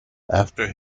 after